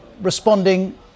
responding